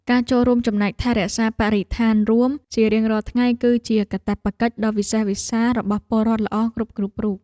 ការចូលរួមចំណែកថែរក្សាបរិស្ថានរួមជារៀងរាល់ថ្ងៃ គឺជាកាតព្វកិច្ចដ៏វិសេសវិសាលរបស់ពលរដ្ឋល្អគ្រប់ៗរូប។